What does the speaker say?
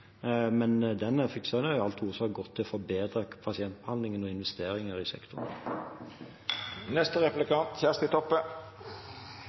har i all hovedsak gått til å forbedre pasientbehandlingen og investeringer i sektoren.